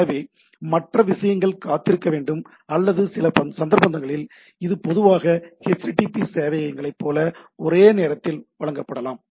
எனவே மற்ற விஷயங்கள் காத்திருக்க வேண்டும் அல்லது சில சந்தர்ப்பங்களில் இது பொதுவாக http சேவையகங்களைப் போலவே ஒரே நேரத்தில் வழங்கப்படலாம்